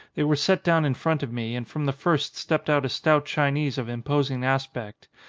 they were set down in front of me and from the first stepped out a stout chinese of im posing aspect.